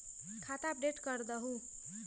खाता अपडेट करदहु?